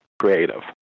creative